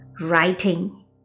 writing